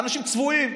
אנשים צבועים.